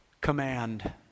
command